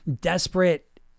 desperate